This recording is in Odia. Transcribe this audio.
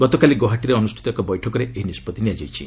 ଗତକାଲି ଗୌହାଟୀରେ ଅନୁଷ୍ଠିତ ଏକ ବୈଠକରେ ଏହି ନିଷ୍ପଭି ନିଆଯାଇଛି